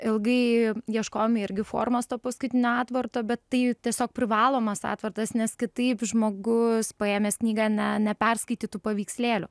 ilgai ieškojom irgi formos to paskutinio atvarto bet tai tiesiog privalomas atvartas nes kitaip žmogus paėmęs knygą ne neperskaitytų paveikslėlių